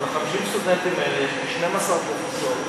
על 50 הסטודנטים האלה יש לי 12 פרופסורים,